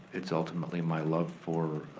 it's ultimately my love for